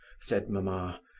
said mamma.